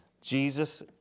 Jesus